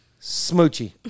smoochy